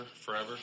forever